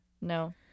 No